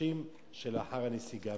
בחודשים שלאחר הנסיגה.